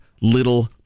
little